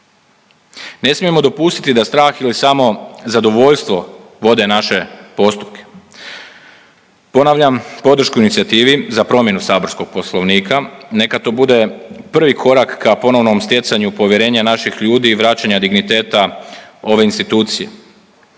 Ne smijemo dopustiti da strah ili samo zadovoljstvo vode naše postupke. Ponavljam podršku inicijativi za promjenu saborskog Poslovnika neka to bude prvi korak ka ponovnom stjecanju povjerenja naših ljudi i vraćanja digniteta ove institucije.